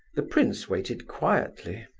the prince waited quietly.